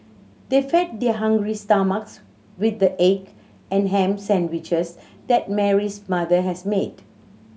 they fed their hungry stomachs with the egg and ham sandwiches that Mary's mother has made